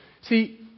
See